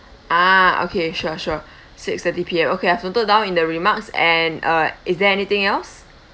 ah okay sure sure six thirty P_M okay I've noted down in the remarks and uh is there anything else